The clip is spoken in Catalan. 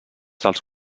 dels